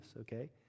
okay